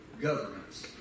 governments